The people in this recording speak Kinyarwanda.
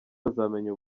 bazamenya